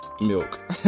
milk